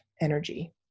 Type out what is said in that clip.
energy